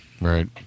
right